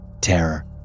terror